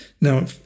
now